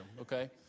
okay